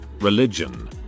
religion